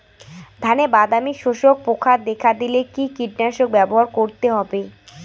ধানে বাদামি শোষক পোকা দেখা দিলে কি কীটনাশক ব্যবহার করতে হবে?